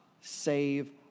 save